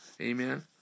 Amen